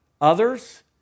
others